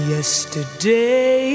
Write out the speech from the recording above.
Yesterday